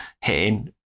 hitting